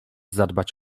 zadbać